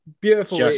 Beautiful